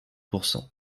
pourcent